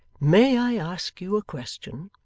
may i ask you a question